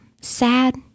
sad